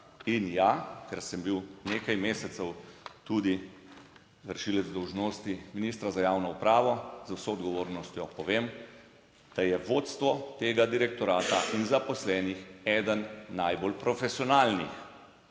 In ja, ker sem bil nekaj mesecev tudi vršilec dolžnosti ministra za javno upravo, z vso odgovornostjo povem, da je vodstvo tega direktorata in zaposlenih eden najbolj profesionalnih.